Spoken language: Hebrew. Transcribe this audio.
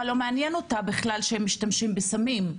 לא מתעניינת בכלל שהם משתמשים בסמים.